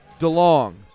DeLong